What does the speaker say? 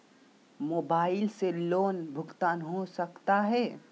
Mobile से loan भुगतान हो सकता है?